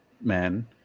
men